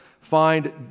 find